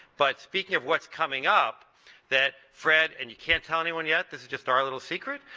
but speaking of what's coming up that fred and you can't tell anyone yet. this is just our little secret.